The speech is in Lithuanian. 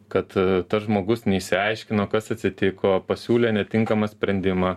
kad tas žmogus neišsiaiškino kas atsitiko pasiūlė netinkamą sprendimą